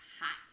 hot